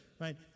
Right